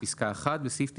- בסעיף 95,